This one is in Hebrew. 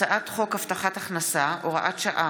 הצעת חוק הבטחת הכנסה (הוראת שעה,